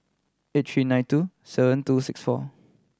eight three nine two seven two six four